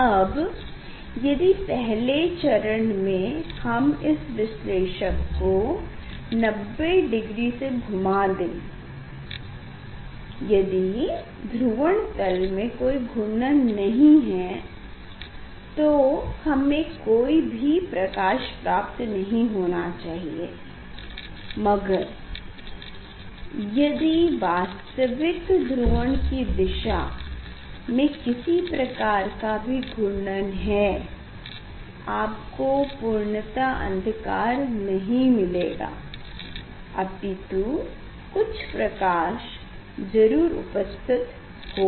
अब यदि पहले चरण में हम इस विश्लेषक को 90 डिग्री से घुमा दें यदि ध्रुवण तल में कोई घूर्णन नहीं तो हमें कोई भी प्रकाश प्राप्त नहीं होना चाहिए मगर यदि वास्तविक ध्रुवण की दिशा में किसी प्रकार का भी घूर्णन है आपको पूर्णतः अंधकार नहीं मिलेगा अपितु कुछ प्रकाश ज़रूर उपस्थित होगा